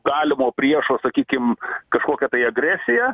galimo priešo sakykim kažkokią tai agresiją